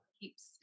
keeps